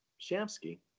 Shamsky